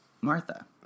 Martha